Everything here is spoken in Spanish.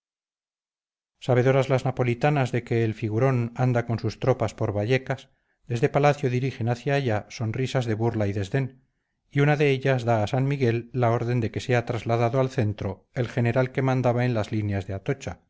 reino sabedoras las napolitanas de que el figurón anda con sus tropas por vallecas desde palacio dirigen hacia allá sonrisas de burla y desdén y una de ellas da a san miguel la orden de que sea trasladado al centro el general que mandaba en las líneas de atocha